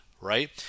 right